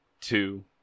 two